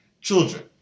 Children